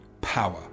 power